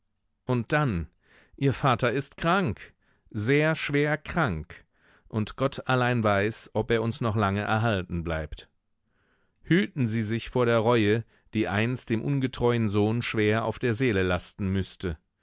und dann ihr vater ist krank sehr schwer krank und gott allein weiß ob er uns lange noch erhalten bleibt hüten sie sich vor der reue die einst dem ungetreuen sohn schwer auf der seele lasten müßte